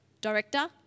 director